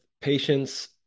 patients